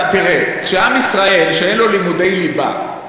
כשעם ישראל, שאין לו לימוד ליבה,